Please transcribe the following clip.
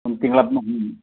ಒಂದು ತಿಂಗ್ಳು